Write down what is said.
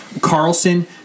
Carlson